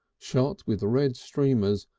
shot with red streamers,